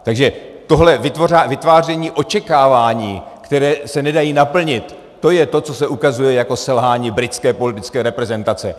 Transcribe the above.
Takže tohle vytváření očekávání, které se nedají naplnit, to je to, co se ukazuje jako selhání britské politické reprezentace.